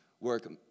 work